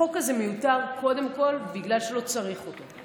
החוק הזה מיותר קודם כול בגלל שלא צריך אותו.